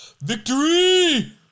victory